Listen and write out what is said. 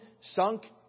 sunk